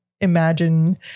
imagine